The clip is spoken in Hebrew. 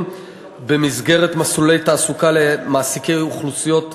במסגרת מסלולי תעסוקה למעסיקי אוכלוסיות מיוחדות,